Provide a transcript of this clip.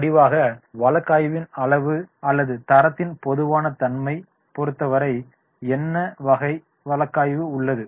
முடிவாக வழக்காய்வின் அளவு அல்லது தரத்தின் பொதுவான தன்மையைப் பொறுத்தவரை என்ன வகை வழக்காய்வு உள்ளது